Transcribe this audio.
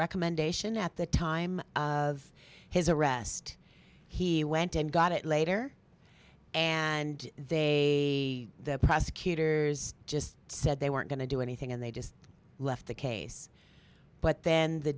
recommendation at the time of his arrest he went and got it later and they the prosecutors just said they weren't going to do anything and they just left the case but then the